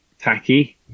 tacky